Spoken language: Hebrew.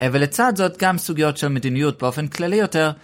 א.. ולצד זאת גם סוגיות של מדיניות באופן כללי יותר.